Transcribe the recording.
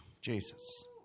Jesus